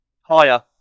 Higher